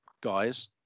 guys